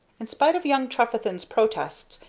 in spite of young trefethen's protests,